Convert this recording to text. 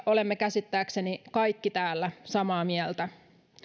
olemme käsittääkseni kaikki täällä samaa mieltä